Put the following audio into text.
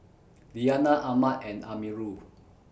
Diyana Ahmad and Amirul